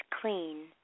clean